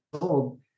old